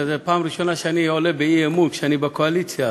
פעם ראשונה שאני עולה באי-אמון כשאני בקואליציה,